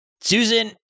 Susan